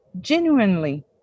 genuinely